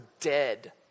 dead